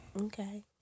Okay